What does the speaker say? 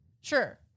sure